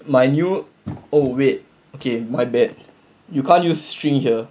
my new oh wait okay my bad you can't use string here